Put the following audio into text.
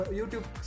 YouTube